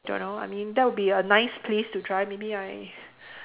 don't know I mean that would be a nice place to try maybe I